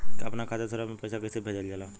अपना खाता से दूसरा में पैसा कईसे भेजल जाला?